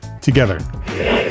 together